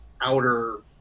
outer